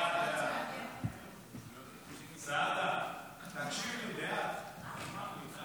ההצעה להעביר את הצעת חוק הסדרת העיסוק במקצועות הבריאות (תיקון מס'